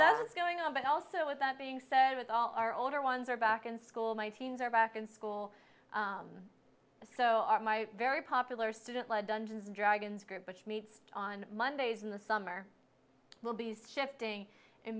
that's going on but also with that being said with all our older ones are back in school my teens are back in school so are my very popular student led dungeons and dragons group which meets on mondays in the summer will be shifting and